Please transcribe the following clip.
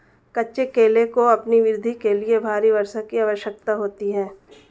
कच्चे केले को अपनी वृद्धि के लिए भारी वर्षा की आवश्यकता होती है